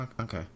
okay